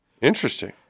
interesting